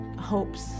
hopes